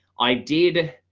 i did.